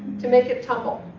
to make it tumble.